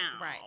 Right